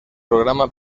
programa